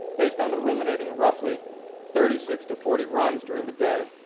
based on eliminating roughly thirty six to forty runs during the day.